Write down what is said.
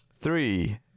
Three